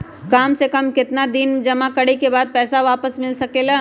काम से कम केतना दिन जमा करें बे बाद पैसा वापस मिल सकेला?